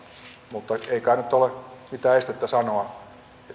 mutta ei kai nyt ole mitään estettä sanoa